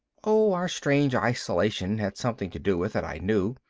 oh, our strange isolation had something to do with it, i knew,